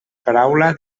paraula